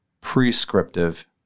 prescriptive